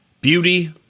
Beauty